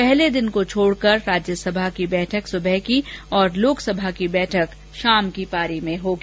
पहले दिन को छोड़कर राज्यसभा की बैठक सुबह की और लोकसभा की बैठक शाम की पारी में होगी